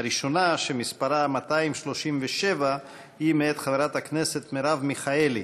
הראשונה, מס' 237, היא מאת חברת הכנסת מרב מיכאלי.